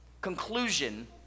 conclusion